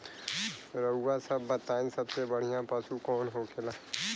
रउआ सभ बताई सबसे बढ़ियां पशु कवन होखेला?